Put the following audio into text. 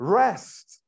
rest